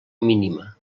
mínima